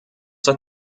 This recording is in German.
hat